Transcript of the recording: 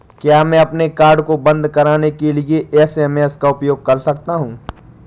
क्या मैं अपने कार्ड को बंद कराने के लिए एस.एम.एस का उपयोग कर सकता हूँ?